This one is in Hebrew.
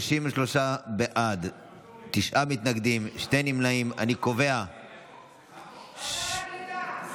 החרדית ברשויות ובתאגידים ציבוריים (תיקוני חקיקה),